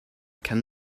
can